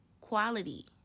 quality